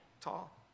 tall